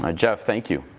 ah geoff, thank you.